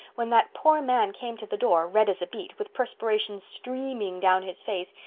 when that poor man came to the door, red as a beet, with perspiration streaming down his face,